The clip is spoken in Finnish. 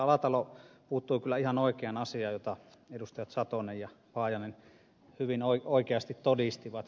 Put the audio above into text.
alatalo puuttui kyllä ihan oikeaan asiaan jota edustajat satonen ja paajanen hyvin oikeasti todistivat